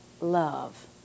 love